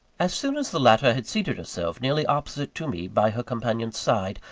as soon as the latter had seated herself nearly opposite to me, by her companion's side,